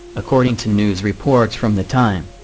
according to news reports from the time.